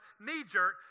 knee-jerk